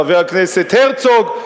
חבר הכנסת הרצוג,